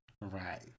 Right